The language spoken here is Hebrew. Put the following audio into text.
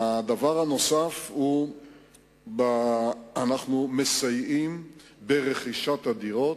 דבר נוסף, אנחנו מסייעים ברכישת הדירות,